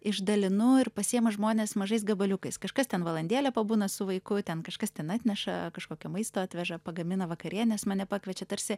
išdalinu ir pasiima žmonės mažais gabaliukais kažkas ten valandėlę pabūna su vaiku ten kažkas ten atneša kažkokio maisto atveža pagamina vakarienės mane pakviečia tarsi